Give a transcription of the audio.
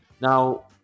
Now